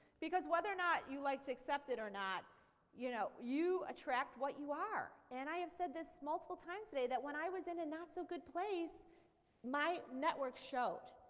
because whether or not you like to accept it or not you know you attract what you are. and i have said this multiple times today that when i was in a not so good place my network showed.